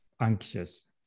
anxious